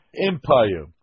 empire